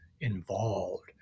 involved